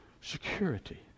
security